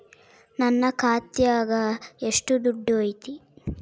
ನನ್ನ ಖಾತ್ಯಾಗ ಎಷ್ಟು ದುಡ್ಡು ಐತಿ?